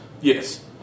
Yes